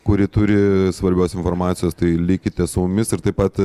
kuri turi svarbios informacijos tai likite su mumis ir taip pat